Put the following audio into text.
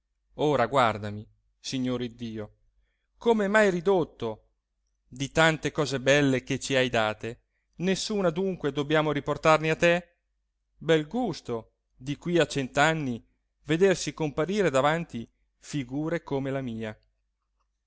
ora guardami signore iddio come m'hai ridotto di tante cose belle che ci hai date nessuna dunque dobbiamo riportarne a te bel gusto di qui a cent'anni vedersi comparire davanti figure come la mia